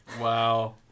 wow